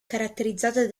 caratterizzata